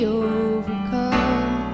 overcome